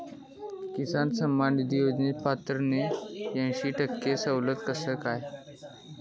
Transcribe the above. किसान सन्मान निधी योजनेत पन्नास ते अंयशी टक्के सवलत आसा काय?